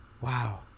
wow